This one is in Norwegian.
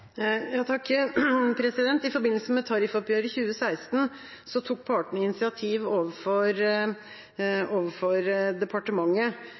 I forbindelse med tariffoppgjøret 2016 tok partene initiativ overfor departementet